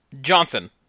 Johnson